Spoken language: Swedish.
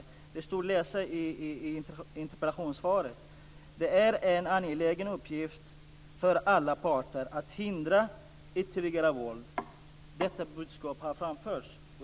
Följande står att läsa i interpellationssvaret: "Det är en angelägen uppgift för alla parter att hindra ytterligare våld. Detta budskap har framförts".